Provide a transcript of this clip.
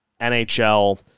NHL